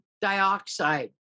dioxide